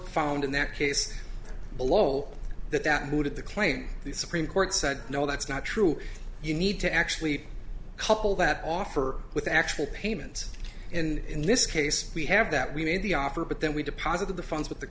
found in that case a lol that that who did the claim the supreme court said no that's not true you need to actually couple that offer with actual payment and in this case we have that we made the offer but then we deposited the funds with the